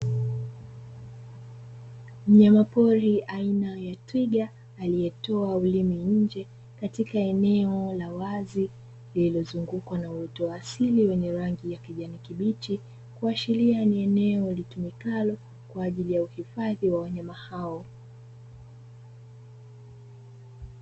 Mnyamapori aina ya twiga aliyetoa ulimi nje katika eneo la wazi, lililozungukwa na uoto wa asili wenye rangi ya kijani kibichi. Kuashiria ni eneo litumikalo kwa ajili ya uhifadhi wa wanyama hao.